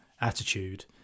attitude